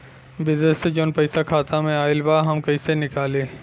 विदेश से जवन पैसा खाता में आईल बा हम कईसे निकाली?